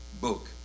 book